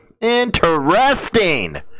Interesting